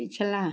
पिछला